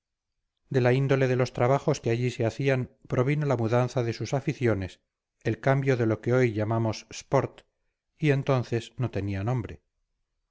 de la índole de los trabajos que allí se hacían provino la mudanza de sus aficiones el cambio de lo que hoy llamamos sport y entonces no tenía nombre